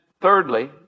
thirdly